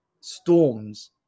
storms